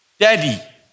Daddy